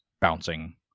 bouncing